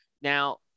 Now